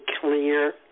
clear